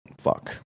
Fuck